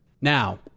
now